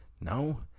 No